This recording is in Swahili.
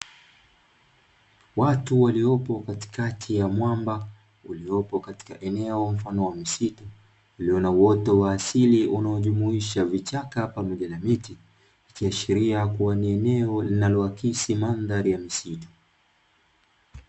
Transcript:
Watu waliopo katikati ya mwamba, uliopo katika eneo mfano wa msitu ulio na uoto wa asili unaojumuisha vichaka pamoja na miti. Ikiashiria kuwa ni eneo linaloakisi mandhari ya misitu.